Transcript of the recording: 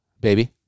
Baby